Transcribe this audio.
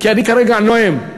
כי אני כרגע נואם.